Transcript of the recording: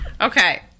okay